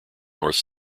north